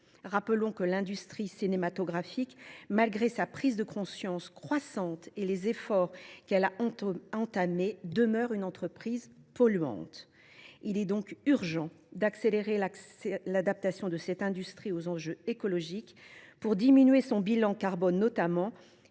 Rappelons que l’industrie cinématographique, malgré sa prise de conscience croissante et les efforts qu’elle a entamés, demeure polluante. Il est donc urgent d’accélérer l’adaptation de cette industrie aux enjeux écologiques, pour diminuer son bilan carbone notamment, et